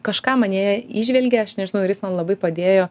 kažką manyje įžvelgė aš nežinau ir jis man labai padėjo